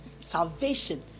Salvation